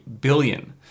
billion